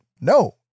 no